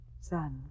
Son